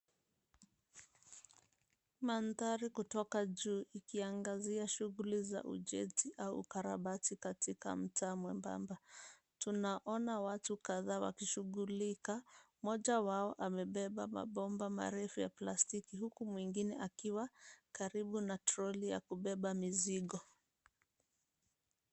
Mandhari kutoka juu ikiangazia shughuli za ujenzi au ukarabati katika mtaa mwembamba. Tunaona watu kadhaa wakishughulika mmoja wao amebeba mabomba marefu ya plastiki huku mwingine akiwa karibu na troli ya kubeba mizigo.